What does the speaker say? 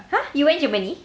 !huh! you went germany